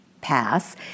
pass